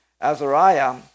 Azariah